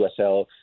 USL